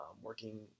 working